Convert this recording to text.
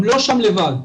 הם לא שם לבד.